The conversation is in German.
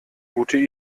gute